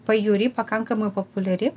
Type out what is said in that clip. pajūry pakankamai populiari